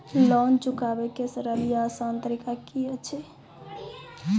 Loan चुकाबै के सरल या आसान तरीका की अछि?